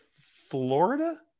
Florida